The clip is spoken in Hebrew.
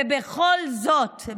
ובכל זאת,